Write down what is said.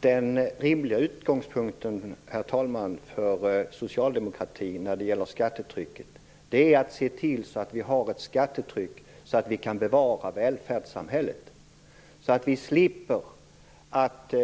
Herr talman! Den rimliga utgångspunkten för socialdemokratin när det gäller skattetrycket, är att se till att vi har ett skattetryck som gör att vi kan bevara välfärdssamhället, så att vi slipper att